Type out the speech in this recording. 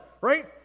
right